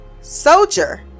soldier